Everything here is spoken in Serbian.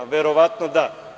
Verovatno, da.